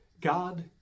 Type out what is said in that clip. God